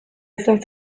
izan